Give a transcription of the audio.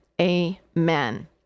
Amen